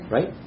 Right